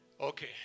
Okay